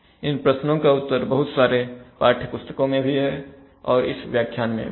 इन प्रश्नों का उत्तर बहुत सारे पाठ्य पुस्तकों में भी है और इस व्याख्यान में भी है